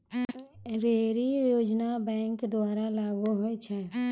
ढ़ेरी योजना बैंक द्वारा लागू होय छै